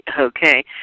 okay